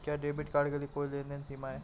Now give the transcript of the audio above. क्या debit card के लिए कोई लेनदेन सीमा है?